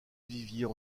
viviers